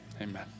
Amen